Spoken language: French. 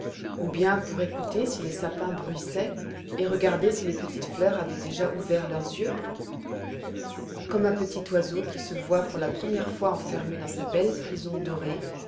ou bien pour écouter si les sapins bruissaient et regarder si les petites fleurs avaient déjà ouvert leurs yeux gomme un petit oiseau qui se voit pour la première fois enfermé dans sa belle prison dorée